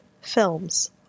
films